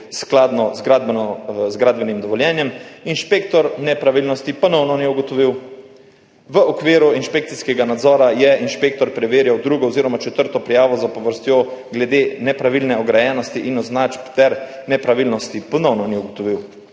skladno z gradbenim dovoljenjem, inšpektor nepravilnosti ponovno ni ugotovil. V okviru inšpekcijskega nadzora je inšpektor preverjal drugo oziroma četrto prijavo zapovrstjo glede nepravilne ograjenosti in označb ter nepravilnosti ponovno ni ugotovil.